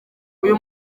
uyu